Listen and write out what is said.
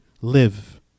live